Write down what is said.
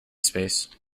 space